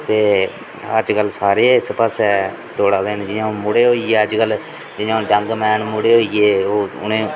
ते अजकल सारे इस पास्सै दौड़ा देन जि'यां हून मुड़े होई गे न अजकल जि'यां हून यंग मैन मुड़े होई गे ओह् उ'नें